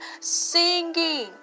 singing